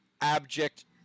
abject